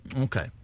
Okay